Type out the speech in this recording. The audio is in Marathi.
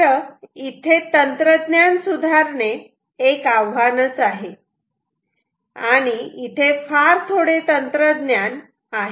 खर इथे तंत्रज्ञान सुधारणे एक आव्हानच आहे आणि इथे फार थोडे तंत्रज्ञान आहे